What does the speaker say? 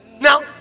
Now